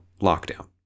lockdown